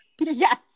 Yes